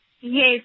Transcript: Yes